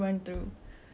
ah